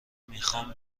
میخوام